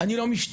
אני לא משטרה,